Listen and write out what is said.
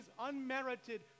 unmerited